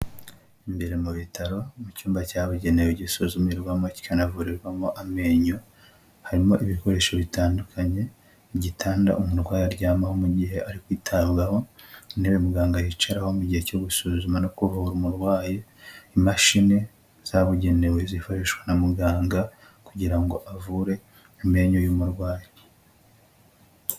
Imbere mu bitaro mu cyumba cyabugenewe gisuzumirwamo kikanavurirwamo amenyo, harimo ibikoresho bitandukanye, igitanda umurwayi aryamaho mu gihe ari kwitabwaho, intebe muganga yicaraho mu gihe cyo gusuzuma no kuvura umurwayi, imashini zabugenewe zifashishwa na muganga kugira ngo avure amenyo y'umurwayi.